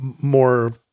more